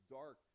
dark